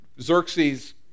Xerxes